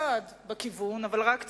צעד בכיוון, אבל רק צעד,